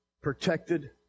protected